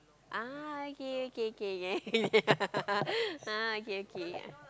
ah okay okay K K yeah ah okay okay